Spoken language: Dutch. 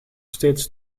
steeds